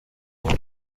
ubu